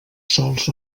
sols